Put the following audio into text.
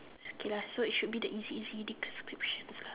is okay lah so it should be the easy easy description